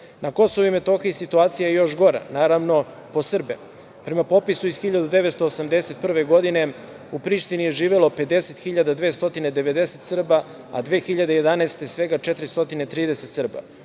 Na Kosovu i Metohiji situacija je još gora, naravno po Srbe, prema popisu iz 1981. godine u Prištini je živelo 50.290 Srba a 2011. godine svega 430 Srba,